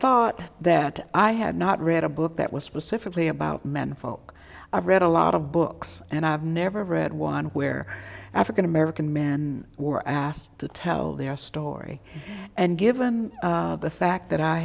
thought that i had not read a book that was specifically about men folk i've read a lot of books and i've never read one where african american men were asked to tell their story and given the fact that i